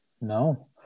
no